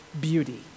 beauty